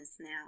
now